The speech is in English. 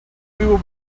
will